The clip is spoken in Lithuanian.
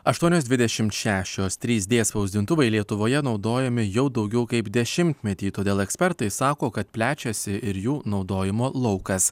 aštuonios dvidešimt šešios trys d spausdintuvai lietuvoje naudojami jau daugiau kaip dešimtmetį todėl ekspertai sako kad plečiasi ir jų naudojimo laukas